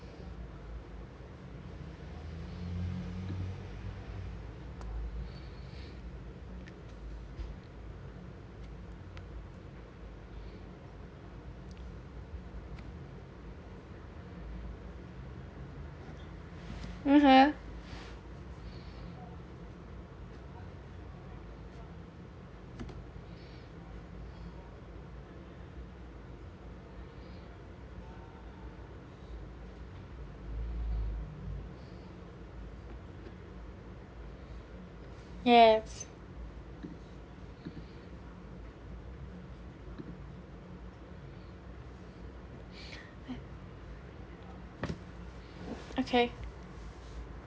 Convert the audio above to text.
(uh huh) yes okay